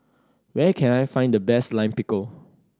where can I find the best Lime Pickle